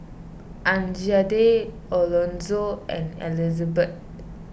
Anjanette Elonzo and Elizbeth